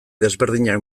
desberdinak